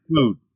food